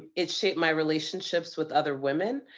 it shaped my relationships with other women.